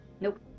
Nope